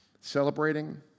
celebrating